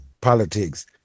politics